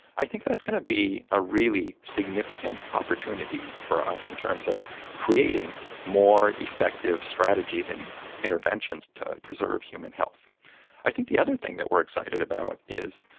i think that's going to be a really significant opportunity for us in terms of creating more effective strategies and interventions to preserve human i think the other thing that we are excited about is